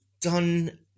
done